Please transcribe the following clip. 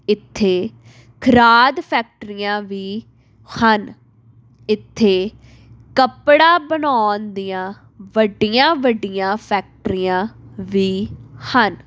ਇੱਥੇ ਖਾਦ ਫੈਕਟਰੀਆਂ ਵੀ ਹਨ ਇੱਥੇ ਕੱਪੜਾ ਬਣਾਉਣ ਦੀਆਂ ਵੱਡੀਆਂ ਵੱਡੀਆਂ ਫੈਕਟਰੀਆਂ ਵੀ ਹਨ